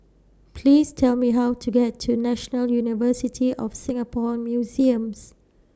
Please Tell Me How to get to National University of Singapore Museums